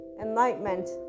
Enlightenment